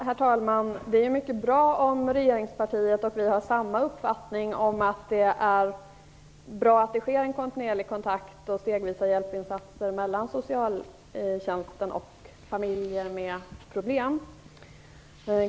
Herr talman! Det är mycket bra om regeringspartiet och vi moderater har samma uppfattning och tycker att det är bra att det sker en kontinuerlig kontakt och stegvisa hjälpinsatser mellan socialtjänsten och familjer med problem.